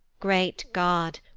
great god,